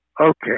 okay